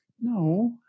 no